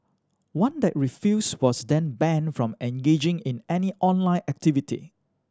one that refused was then banned from engaging in any online activity